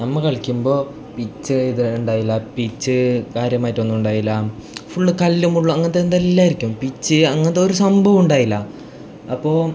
നമ്മൾ കളിക്കുമ്പോൾ പിച്ച് ഇത് ഉണ്ടായില്ല പിച്ച് കാര്യമായിട്ടൊന്നും ഉണ്ടായില്ല ഫുൾ കല്ലും മുള്ളും അങ്ങനത്തെ എന്തെല്ലാം ആയിരിക്കും പിച്ച് അങ്ങനത്തെ ഒരു സംഭവം ഉണ്ടായില്ല അപ്പോൾ